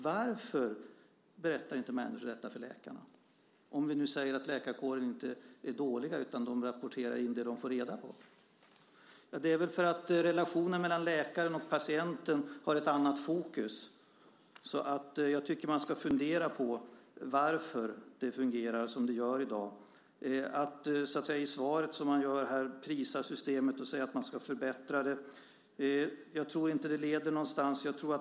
Varför berättar inte människor detta för läkarna, om vi nu säger att läkarkåren inte är dålig utan rapporterar in det den får reda på? Det är väl för att relationen mellan läkaren och patienten har ett annat fokus. Jag tycker att man ska fundera på varför det fungerar som det gör i dag. I svaret prisar man systemet och säger att man ska förbättra det. Jag tror inte att det leder någonstans.